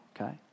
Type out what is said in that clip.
Okay